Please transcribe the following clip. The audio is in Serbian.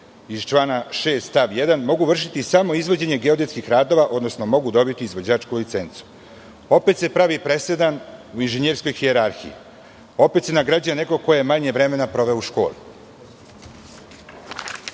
iz člana 6. stav 1. mogu vršiti samo izvođenje geodetskih radova, odnosno mogu dobiti izvođačku licencu. Opet se pravi presedan u inženjerskoj hijerahiji. Opet se nagrađuje neko ko je manje vremena proveo u školi.Za